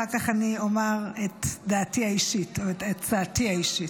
אחר כך אומר את דעתי האישית או את הצעתי האישית.